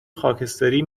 خاکستری